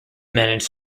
manage